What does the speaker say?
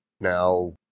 Now